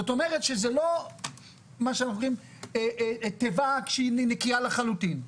זאת אומרת שזאת לא תיבה נקייה לחלוטין.